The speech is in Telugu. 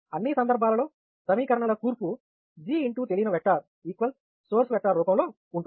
అన్ని సందర్భాలలో సమీకరణాల కూర్పు G తెలియని వెక్టర్ సోర్స్ వెక్టర్ రూపంలో ఉంటుంది